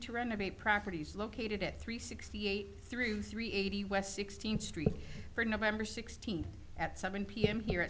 to renovate properties located at three sixty eight through three eighty west sixteenth street for nov sixteenth at seven p m here at